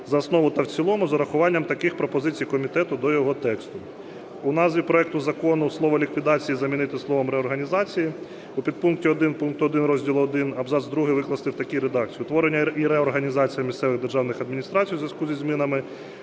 за основу та в цілому з урахуванням таких пропозицій комітету до його тексту. У назві проекту закону слово "ліквідації" замінити словом "реорганізації". У підпункті 1 пункту 1 розділу І абзац другий викласти в такій редакції: "Утворення і реорганізація місцевих державних адміністрацій у зв'язку зі змінами